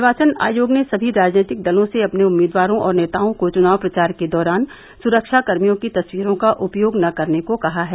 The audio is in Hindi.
निवार्चन आयोग ने सभी राजनैतिक दलों से अपने उम्मीदवारों और नेताओं को चुनाव प्रचार के दौरान सुरक्षाकर्मियों की तस्वीरों का उपयोग न करने को कहा है